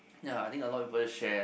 ya I think a lot people share